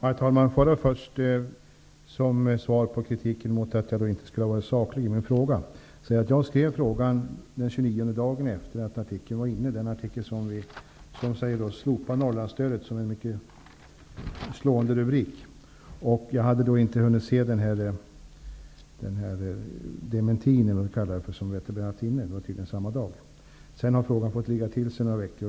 Herr talman! Som svar på kritiken mot att jag inte var saklig i min fråga vill jag påpeka att jag skrev frågan den 29 april, dvs. dagen efter det att den artikel var införd som hade rubriken ''Slopa Norrlandsstödet!''. Det var en slående rubrik. Jag hade vid detta tillfälle inte läst den dementi som tydligen var införd samma dag. Sedan har frågan fått ligga till sig några veckor.